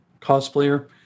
cosplayer